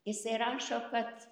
jisai rašo kad